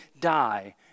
die